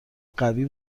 قوی